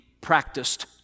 practiced